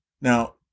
Now